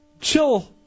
chill